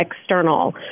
external